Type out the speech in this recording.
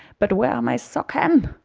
but where are my socken?